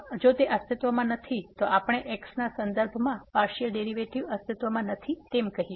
જો તે અસ્તિત્વમાં નથી તો આપણે x ના સંદર્ભમાં પાર્સીઅલ ડેરીવેટીવ અસ્તિત્વમાં નથી તેમ કહીશું